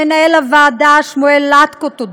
למנהל שמואל לטקו,